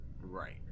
Right